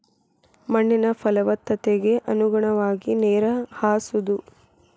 ಮಣ್ಣಿನ ಪಲವತ್ತತೆಗೆ ಅನುಗುಣವಾಗಿ ನೇರ ಹಾಸುದು